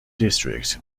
districts